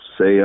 say